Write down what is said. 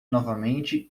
novamente